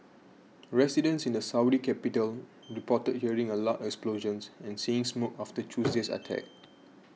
residents in the Saudi capital reported hearing a loud explosions and seeing smoke after Tuesday's attack